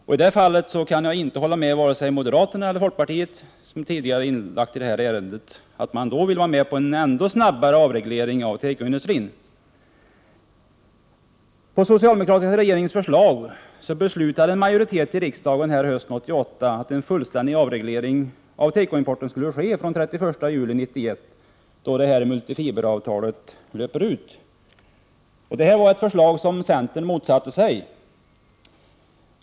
Jag kan i det här fallet inte hålla med vare sig moderata samlingspartiet eller folkpartiet, som i det här ärendet tidigare sagt att man vill ha en ännu snabbare avreglering av tekoindustrin. På den socialdemokratiska regeringens förslag beslutade en majoritet i riksdagen hösten 1988 att en fullständig avreglering av tekoimporten skall ske den 31 juli 1991, då multifiberavtalet löper ut. Det var ett beslut som centern motsatte sig.